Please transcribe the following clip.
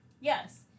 yes